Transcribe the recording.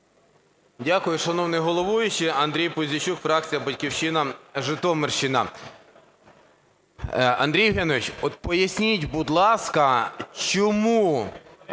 Дякую, шановний головуючий. Андрій Пузійчук, фракція "Батьківщина", Житомирщина. Андрій Євгенович, от поясніть, будь ласка, чому